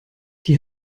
die